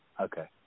Okay